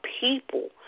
people